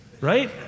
right